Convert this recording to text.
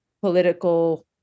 political